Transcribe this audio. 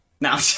Now